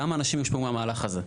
כמה אנשים יושפעו מהמהלך הזה.